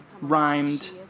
rhymed